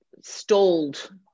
stalled